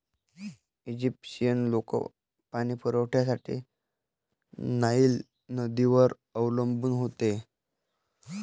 Egyptian लोक पाणी पुरवठ्यासाठी नाईल नदीवर अवलंबून होते